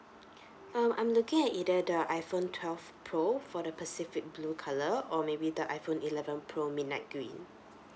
um I'm looking at either the iphone twelve pro for the pacific blue colour or maybe the iphone eleven pro midnight green